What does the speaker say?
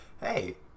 hey